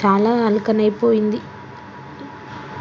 చాలా అల్కగైపోయింది